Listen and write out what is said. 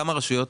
כמה רשויות